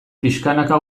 pixkanaka